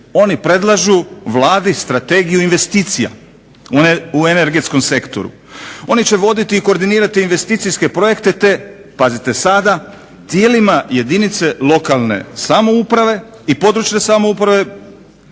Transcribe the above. Oni predlažu Vladi strategiju investicija u energetskom sektoru. Oni će voditi i koordinirati investicijske projekte te, pazite sada, tijelima jedinice lokalne samouprave i područne samouprave.